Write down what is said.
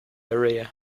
area